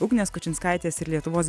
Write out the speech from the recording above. ugnės kučinskaitės ir lietuvos